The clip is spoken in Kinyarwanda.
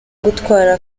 gutwara